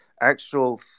actual